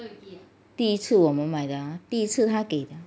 第一次我们买的第一次他给的